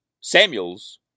Samuel's